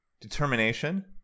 determination